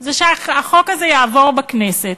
זה שהחוק הזה יעבור בכנסת,